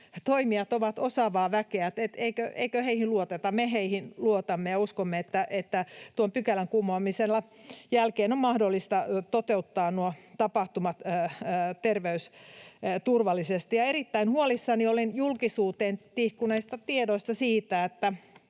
toimijat ovat osaavaa väkeä, eikö heihin luoteta? Me heihin luotamme ja uskomme, että tuon pykälän kumoamisen jälkeen on mahdollista toteuttaa tapahtumat terveysturvallisesti. Erittäin huolissani olen julkisuuteen tihkuneista tiedoista —